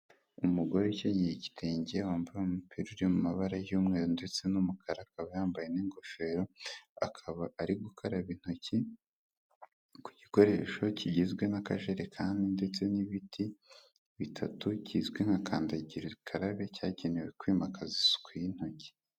Umugore ukenyeye igitenge wambaye umupira uri mu mabara y'umweru ndetse n'umukara, akaba yambaye n'ingofero akaba ari gukaraba intoki ku gikoresho kigizwe n'akajerekani ndetse n'ibiti bitatu, kizwi nka kandagirakarabe cyagenewe kwimakaza isuku y'intoki.